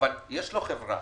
אבל יש לו חברה